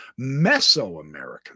Mesoamerican